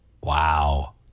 Wow